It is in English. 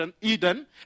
Eden